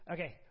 Okay